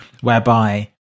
whereby